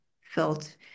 felt